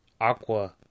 Aqua